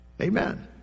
Amen